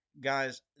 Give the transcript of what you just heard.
Guys